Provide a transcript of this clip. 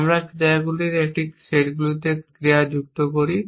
আমরা ক্রিয়াগুলির এই সেটটিতে ক্রিয়া যুক্ত করি